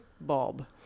Bob